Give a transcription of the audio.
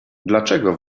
dlaczego